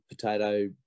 potato